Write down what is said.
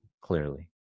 clearly